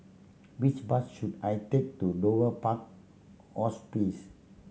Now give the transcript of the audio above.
which bus should I take to Dover Park Hospice